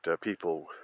people